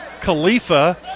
Khalifa